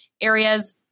areas